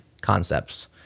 concepts